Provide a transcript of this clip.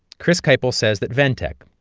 chris kiple says that ventec,